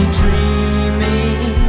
dreaming